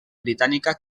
britànica